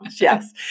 Yes